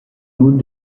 mot